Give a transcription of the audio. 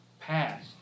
passed